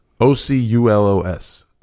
O-C-U-L-O-S